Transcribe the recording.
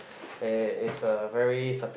it's is a very subjective